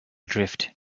drift